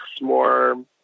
more